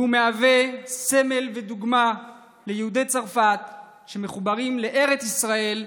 והוא מהווה סמל ודוגמה ליהודי צרפת שמחוברים לארץ ישראל,